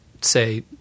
say